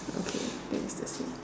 okay then is the same